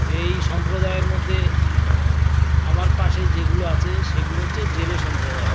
এই সম্প্রদায়ের মধ্যে আমার পাশে যেগুলো আছে সেগুলো হচ্ছে জেলে সম্প্রদায়